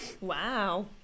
Wow